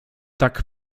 tak